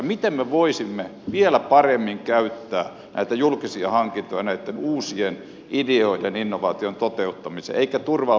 miten me voisimme vielä paremmin käyttää näitä julkisia hankintoja näitten uusien ideoiden innovaatioiden toteuttamiseen emmekä turvautuisi vain vanhaan